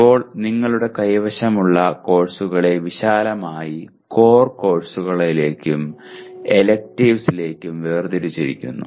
ഇപ്പോൾ നിങ്ങളുടെ കൈവശമുള്ള കോഴ്സുകളെ വിശാലമായി കോർ കോഴ്സുകളിലേക്കും എലെക്റ്റീവ്സ്ലേക്കും വേർതിരിച്ചിരിക്കുന്നു